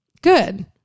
Good